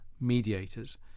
Mediators